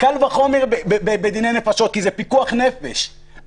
קל וחומר בדיני נפשות כי זה פיקוח נפש.